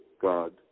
God